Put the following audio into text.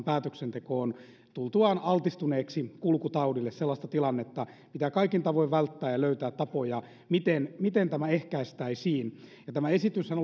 päätöksentekoon tultuaan altistuneeksi kulkutaudille sellaista tilannetta pitää kaikin tavoin välttää ja löytää tapoja miten miten tämä ehkäistäisiin tämä esityshän